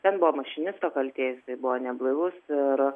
ten buvo mašinisto kaltės tai buvo neblaivus ir